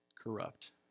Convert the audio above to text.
corrupt